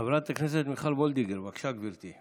חברת הכנסת מיכל וולדיגר, בבקשה, גברתי.